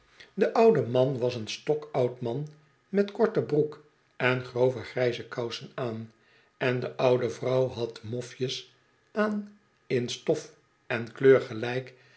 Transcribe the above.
pe oude man was een stokoud man met korte broek en grove grijze kousen aan en de oude vrouw had mofjes aan in stof en kleur gelijk